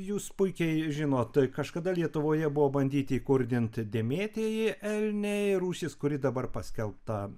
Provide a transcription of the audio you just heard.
jūs puikiai žinot kažkada lietuvoje buvo bandyti įkurdinti dėmėtieji elniai rūšis kuri dabar paskelbta